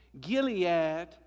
Gilead